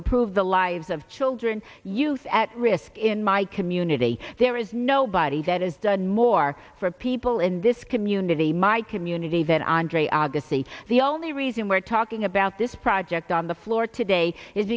improve the lives of children youth at risk in my community there is nobody that is done more for people in this community my community that andre agassi the only reason we're talking about this project on the floor today is